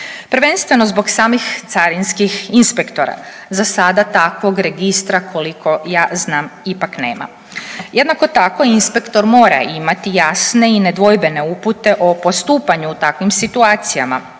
prvenstveno zbog samih carinskih inspektora, za sada takvog registra koliko ja znam ipak nema. Jednako tako inspektor mora imati jasne i nedvojbene upute o postupanju u takvim situacijama.